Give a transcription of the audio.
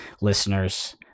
listeners